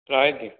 ରହିଲି